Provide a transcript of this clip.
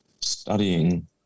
studying